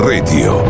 Radio